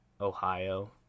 Ohio